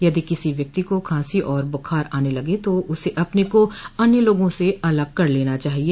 यदि किसी व्यक्ति को खांसी और बुखार आने लगे तो उसे अपने को अन्य लोगों से अलग कर लेना चाहिए